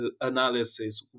analysis